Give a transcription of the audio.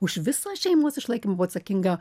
už visą šeimos išlaikymą buvo atsakinga